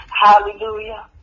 Hallelujah